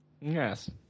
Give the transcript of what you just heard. Yes